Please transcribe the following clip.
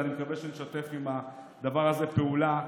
ואני מקווה שנשתף עם הדבר הזה פעולה,